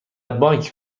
بانک